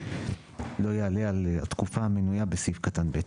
לא יעלה על התקופה המנויה בסעיף קטן (ב).